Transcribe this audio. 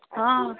ହଁ